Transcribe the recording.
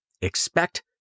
Expect